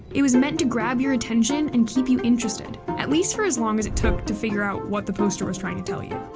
it was meant to grab your attention and keep you interested at least for as long as it took to figure out what the poster was trying to tell you.